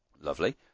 Lovely